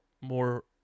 More